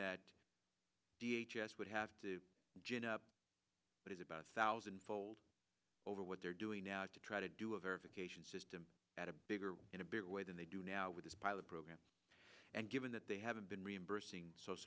s would have to gin up but it's about a thousand fold over what they're doing now to try to do a verification system at a bigger in a bigger way than they do now with this pilot program and given that they haven't been reimbursing